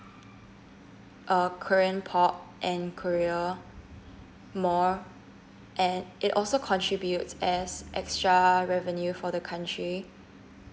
uh korean pop and korea more and it also contributes as extra revenue for the country